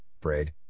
Braid